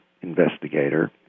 investigator